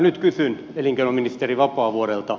nyt kysyn elinkeinoministeri vapaavuorelta